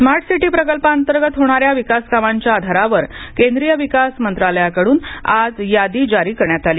smart city प्रकल्पांतर्गत होणाऱ्या विकासकामांच्या आधारावर केंद्रीय विकास मंत्रालयाकडून आज यादी जारी करण्यात आली